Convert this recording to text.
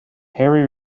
harry